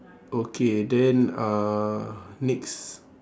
okay then uh next